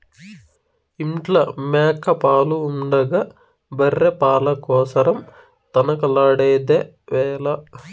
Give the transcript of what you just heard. ఇంట్ల మేక పాలు ఉండగా బర్రె పాల కోసరం తనకలాడెదవేల